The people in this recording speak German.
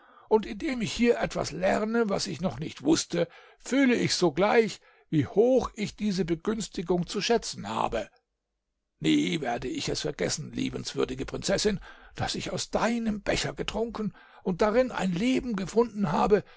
und indem ich hier etwas lerne was ich noch nicht wußte fühle ich zugleich wie hoch ich diese begünstigung zu schätzen habe nie werde ich es vergessen liebenswürdige prinzessin daß ich aus deinem becher getrunken und darin ein leben gefunden habe